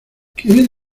quieres